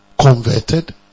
converted